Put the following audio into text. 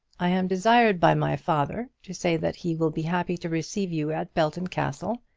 i am desired by my father to say that he will be happy to receive you at belton castle,